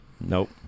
Nope